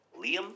Liam